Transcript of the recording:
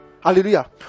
Hallelujah